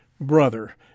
brother